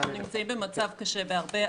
אנחנו נמצאים במצב קשה בהרבה.